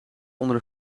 onder